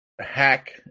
hack